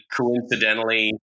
coincidentally